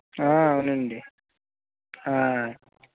అవునండి